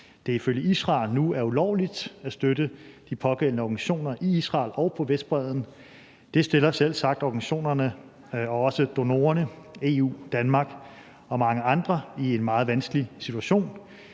at det ifølge Israel nu er ulovligt at støtte de pågældende organisationer i Israel og på Vestbredden. Det stiller selvsagt organisationerne og også donorerne – EU, Danmark og mange andre – i en meget vanskelig situation.